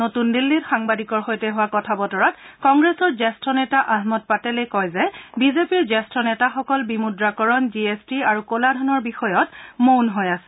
নতুন দিল্লীত সাংবাদিকৰ সৈতে হোৱা কথা বতৰাত কংগ্ৰেছৰ জ্যেষ্ঠ নেতা আহমদ পেটেলে কয় যে বিজেপিৰ জ্যেষ্ঠ নেতাসকল বিমুদ্ৰাকৰণ জি এছ টি আৰু কলাধনৰ বিষয়ত মৌন হৈ আছে